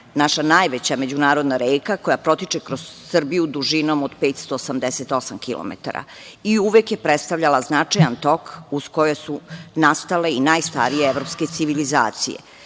naša najveća međunarodna reka, koja protiče kroz Srbiju dužinom od 588 kilometara i uvek je predstavljala značajan tok uz koju su nastale i najstarije evropske civilizacije. Ministarstvo